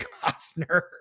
Costner